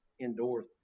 indoor